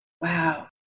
Wow